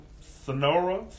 Sonora